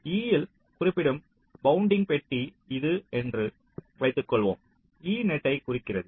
e ஆல் குறிப்பிடப்படும் bounding பெட்டி இது என்று வைத்துக்கொள்வோம் e நெட் ஐ குறிக்கிறது